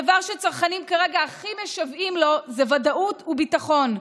הדבר שצרכנים כרגע הכי משוועים לו זה ודאות וביטחון,